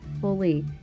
fully